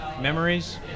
memories